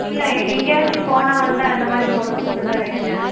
இல்லை எங்கேயாச்சு போனால் வந்தால் இந்த மாதிரி போடுகிறதுக்கு மட்டும் தான் வேணுங்க